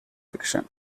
fiction